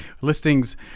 Listings